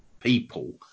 people